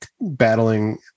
battling